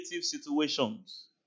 situations